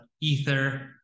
ether